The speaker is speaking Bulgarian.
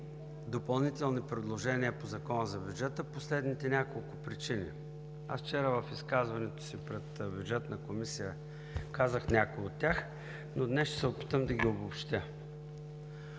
допълнителни предложения по Закона за бюджета по следните няколко причини. Вчера в изказването си пред Бюджетната комисия казах някои от тях, но днес ще се опитам да ги обобщя.